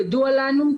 ידוע לנו.